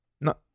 No